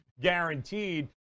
guaranteed